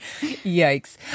yikes